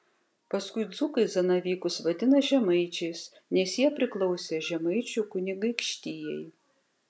paskui dzūkai zanavykus vadina žemaičiais nes jie priklausė žemaičių kunigaikštijai